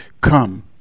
come